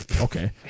okay